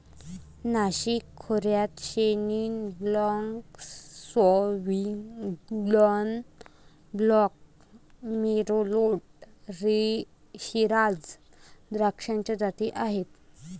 नाशिक खोऱ्यात Chenin Blanc, Sauvignon Blanc, Merlot, Shiraz द्राक्षाच्या जाती आहेत